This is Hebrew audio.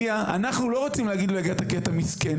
אנחנו לא רוצים להגיד לו 'הגעת כי אתה מסכן'.